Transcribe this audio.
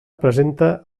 presenta